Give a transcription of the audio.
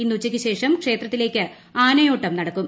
ഇന്ന് ഉച്ചയ്ക്ക് ശേഷം ക്ഷേത്രത്തിലേക്ക് ആനയോട്ടം നടക്കും